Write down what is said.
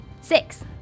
Six